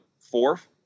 fourth